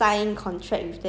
!huh!